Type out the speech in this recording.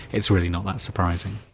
it's really not that surprising.